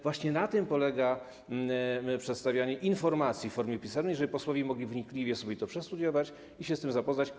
Właśnie na tym polega przedstawianie informacji w formie pisemnej, żeby posłowie mogli wnikliwie sobie to przestudiować i się z tym zapoznać.